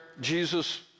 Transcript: Jesus